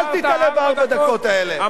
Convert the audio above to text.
אל תיתלה בארבע דקות האלה.